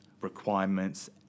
requirements